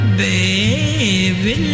baby